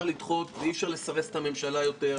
לדחות ואי-אפשר לסרס את הממשלה יותר,